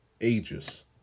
ages